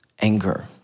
anger